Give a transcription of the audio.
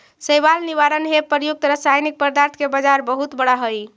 शैवाल निवारण हेव प्रयुक्त रसायनिक पदार्थ के बाजार बहुत बड़ा हई